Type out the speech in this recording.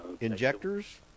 Injectors